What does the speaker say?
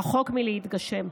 רחוק מלהתגשם.